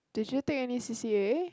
did you take any C_C_A